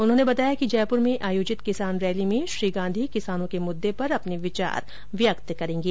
उन्होने बताया कि जयपुर में आयोजित किसान रैली में श्री गांधी किसानों के मुद्दे पर अपने विचार व्यक्त करेगें